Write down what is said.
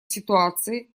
ситуации